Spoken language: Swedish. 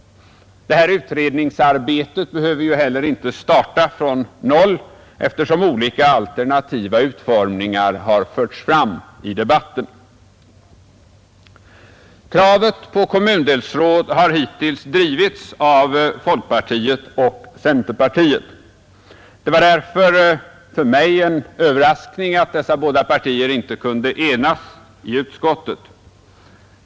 Utredningsarbetet behöver heller inte starta från noll, eftersom olika alternativa utformningar har förts fram i debatten. Kravet på kommundelsräd har hittills drivits av folkpartiet och centerpartiet. Det var därför för mig en överraskning att dessa båda partier inte kunde enas i utskottet.